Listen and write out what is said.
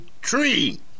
tree